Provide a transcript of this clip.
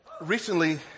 recently